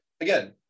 again